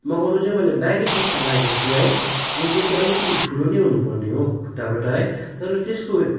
मगाउनु चाहिँ मैले ब्यागि जिन्स मगाएको थिए है जुन चाहिँ चाहिँ अलिकति ठुलो नै हुनुपर्ने हो खुट्टाबाट है तर त्यसको